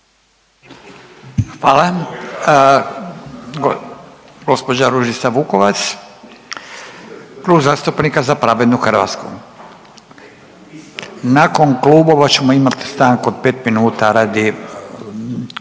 Hvala. Gospođa Ružica Vukovac, Klub zastupnika Za pravednu Hrvatsku. Nakon klubova ćemo imati stanku od 5 minuta radi,